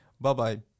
Bye-bye